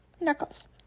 Knuckles